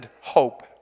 hope